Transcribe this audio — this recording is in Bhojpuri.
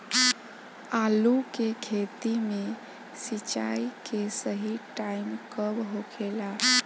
आलू के खेती मे सिंचाई के सही टाइम कब होखे ला?